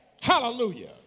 Hallelujah